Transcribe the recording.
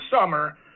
summer